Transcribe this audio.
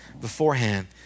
beforehand